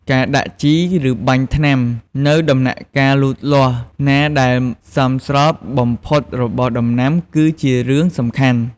ការដាក់ជី ឬបាញ់ថ្នាំនៅដំណាក់កាលលូតលាស់ណាដែលសមស្របបំផុតរបស់ដំណាំ គឺជារឿងសំខាន់។